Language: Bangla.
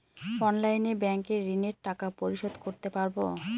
অনলাইনে ব্যাংকের ঋণের টাকা পরিশোধ করতে পারবো?